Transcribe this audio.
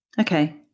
Okay